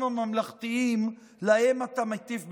הממלכתיים שלהם אתה מטיף בציוציך.